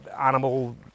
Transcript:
animal